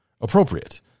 appropriate